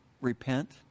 repent